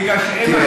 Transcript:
בגלל שאין,